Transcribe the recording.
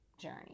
journey